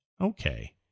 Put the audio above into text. Okay